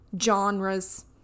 Genres